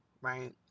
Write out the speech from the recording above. right